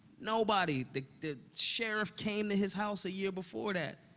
nobody! the the sheriff came to his house a year before that.